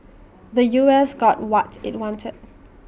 the U S got what IT wanted